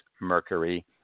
Mercury